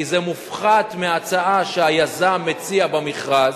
כי זה מופחת מההצעה שהיזם הציע במכרז,